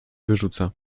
wyrzuca